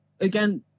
again